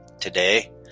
today